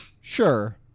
Sure